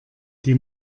die